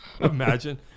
Imagine